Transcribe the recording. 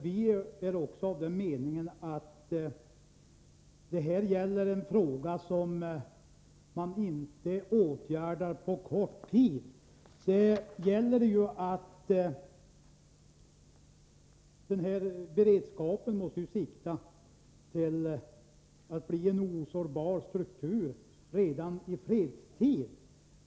Vi är också av den meningen att detta är en fråga som man inte åtgärdar på kort tid. När det gäller denna beredskap måste man ju sikta till att nå en osårbar struktur redan i fredstid.